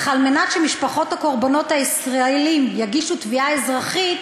אך כדי שמשפחות הקורבנות הישראלים יגישו תביעה אזרחית,